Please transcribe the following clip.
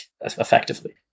effectively